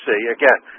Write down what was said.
again